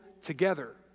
together